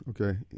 Okay